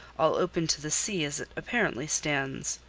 all open to the sea as it apparently stands.